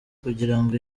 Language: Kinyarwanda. kugirango